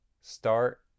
start